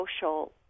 social